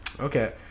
Okay